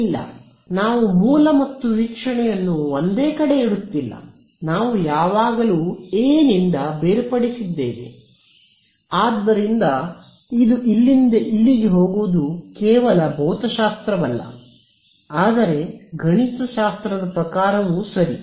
ಇಲ್ಲ ನಾವು ಮೂಲ ಮತ್ತು ವೀಕ್ಷಣೆಯನ್ನು ಒಂದೇ ಕಡೆ ಇಡುತ್ತಿಲ್ಲ ನಾವು ಯಾವಾಗಲೂ ಎ ನಿಂದ ಬೇರ್ಪಡಿಸಿದ್ದೇವೆ ಆದ್ದರಿಂದ ಇದು ಇಲ್ಲಿಂದ ಇಲ್ಲಿಗೆ ಹೋಗುವುದು ಕೇವಲ ಭೌತಶಾಸ್ತ್ರವಲ್ಲ ಆದರೆ ಗಣಿತಶಾಸ್ತ್ರದ ಪ್ರಕಾರವು ಸರಿ